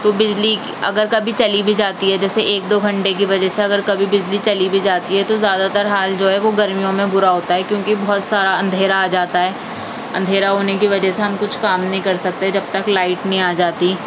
تو بجلی اگر کبھی چلی بھی جاتی ہے جیسے ایک دو گھنٹے کی وجہ سے اگر کبھی بجلی چلی بھی جاتی ہے تو زیادہ تر حال جو ہے وہ گرمیوں میں برا ہوتا ہے کیونکہ بہت سارا اندھیرا آ جاتا ہے اندھیرا ہونے کی وجہ سے ہم کچھ کام نہیں کر سکتے جب تک لائٹ نہیں آ جاتی